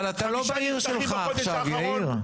אני יודע, אבל אתה לא בעיר שלך עכשיו, יאיר.